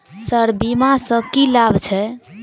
Sir बीमा सँ की लाभ छैय?